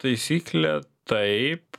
taisyklę taip